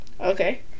Okay